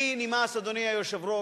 לי נמאס, אדוני היושב-ראש,